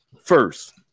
first